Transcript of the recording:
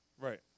right